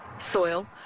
soil